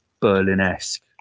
Berlin-esque